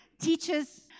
Teachers